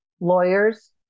lawyers